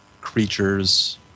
Creatures